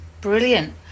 Brilliant